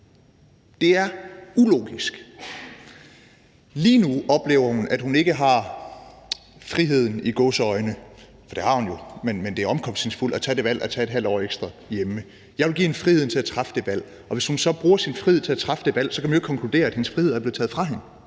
Det er ulogisk. Lige nu oplever hun, at hun ikke har friheden – i gåseøjne – for det har hun jo, men det er omkostningsfuldt at tage det valg at tage et halvt år ekstra hjemme. Jeg vil give hende friheden til at træffe det valg, og hvis hun så bruger sin frihed til at træffe det valg, kan man ikke konkludere, at hendes frihed er blevet taget fra hende.